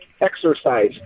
exercise